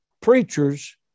preachers